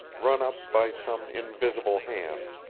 run up by some invisible hand,